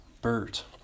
Bert